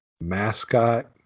mascot